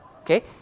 okay